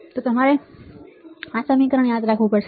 અને તમારે આ સમીકરણ યાદ રાખવું પડશે